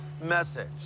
message